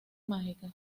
mágicas